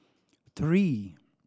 three